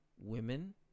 Women